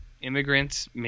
immigrants